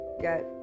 get